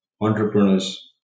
entrepreneurs